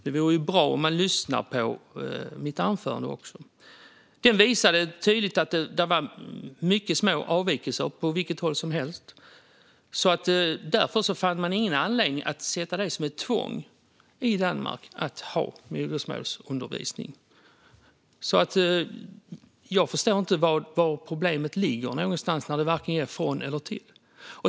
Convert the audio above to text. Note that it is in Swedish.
Det vore bra om man lyssnade också. Studien visade tydligt att det var mycket små avvikelser, oavsett åt vilket håll man tittade. Därför fann man ingen anledning att sätta det som ett tvång i Danmark att ha modersmålsundervisning. Jag förstår inte var problemet ligger; detta gör varken från eller till.